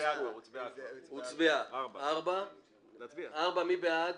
הצבעה בעד,